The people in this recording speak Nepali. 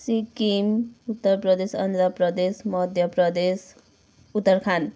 सिक्किम उत्तर प्रदेश अन्ध्र प्रदेश मध्य प्रदेश उत्तरखण्ड